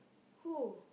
who